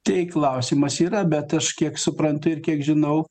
tai klausimas yra bet aš kiek suprantu ir kiek žinau